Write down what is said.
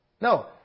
No